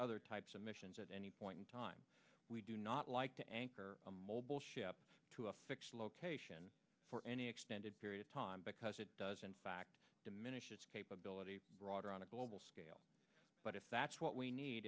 other types of missions at any point in time we do not like to anchor a mobile ship to a fixed location for any extended period of time because it does in fact diminish its capability broader on a global scale but if that's what we need